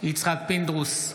יצחק פינדרוס,